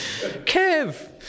Kev